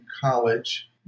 college